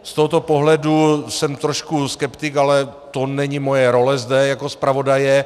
Z tohoto pohledu jsem trošku skeptik, ale to není moje role zde jako zpravodaje.